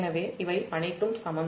எனவே இவை அனைத்தும் சமம்